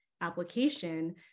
application